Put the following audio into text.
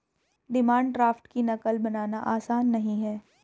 demand draft की नक़ल बनाना आसान नहीं है